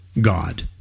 God